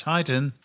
Titan